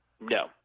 no